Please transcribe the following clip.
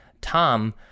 Tom